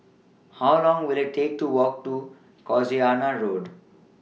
How Long Will IT Take to Walk to Casuarina Road